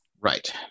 right